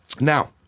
Now